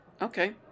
Okay